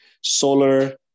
Solar